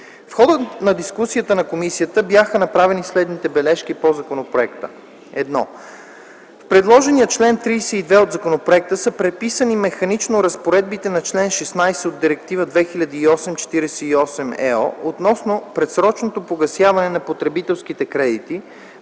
В хода на дискусията по законопроекта в комисията бяха направени следните бележки: 1. В предложения чл. 32 от законопроекта са преписани механично разпоредбите на чл. 16 от Директива 2008/48/ЕО относно предсрочното погасяване на потребителските кредити,